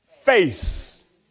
face